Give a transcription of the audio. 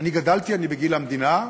אני גדלתי, אני בגיל המדינה,